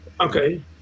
Okay